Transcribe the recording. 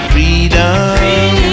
Freedom